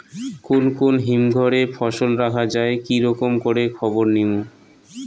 কুন কুন হিমঘর এ ফসল রাখা যায় কি রকম করে খবর নিমু?